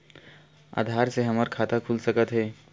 आधार से हमर खाता खुल सकत हे?